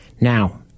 Now